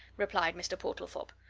replied mr. portlethorpe.